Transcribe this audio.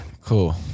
Cool